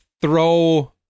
throw